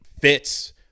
fits